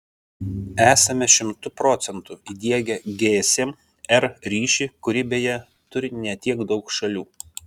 esame šimtu procentų įdiegę gsm r ryšį kurį beje turi ne tiek daug šalių